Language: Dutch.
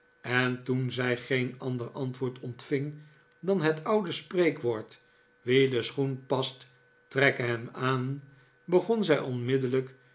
en toen zij geen ander antwoord ontving dan het oude spreekwoord wie de schoen past trekke hem aan begon zij onmiddellijk